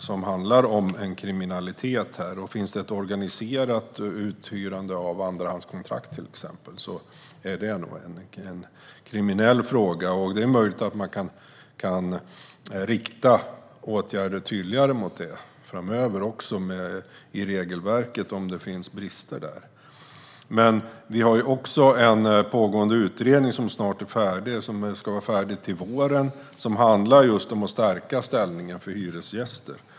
Det är fråga om kriminalitet om det finns ett organiserat uthyrande i form av andrahandskontrakt. Det är möjligt att det går att rikta tydligare åtgärder framöver och se om det finns brister i regelverket. Det finns också en pågående utredning som ska vara färdig till våren. Den ska handla om att stärka ställningen för hyresgäster.